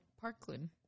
Parkland